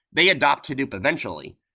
they adopt hadoop eventually.